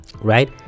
right